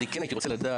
אני כן הייתי רוצה לדעת,